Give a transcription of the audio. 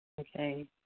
Okay